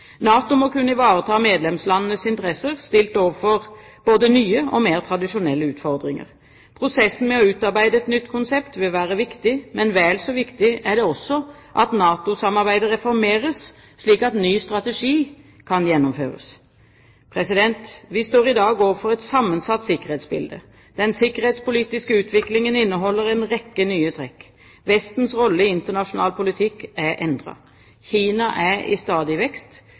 NATO må kunne ivareta medlemslandenes interesser stilt overfor både nye og mer tradisjonelle utfordringer. Prosessen med å utarbeide et nytt konsept vil være viktig, men vel så viktig er det også at NATO-samarbeidet reformeres, slik at ny strategi kan gjennomføres. Vi står i dag overfor et sammensatt sikkerhetsbilde. Den sikkerhetspolitiske utviklingen inneholder en rekke nye trekk. Vestens rolle i internasjonal politikk er endret. Kina er i stadig vekst,